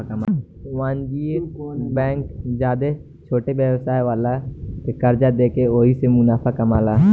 वाणिज्यिक बैंक ज्यादे छोट व्यवसाय वाला के कर्जा देके ओहिसे मुनाफा कामाला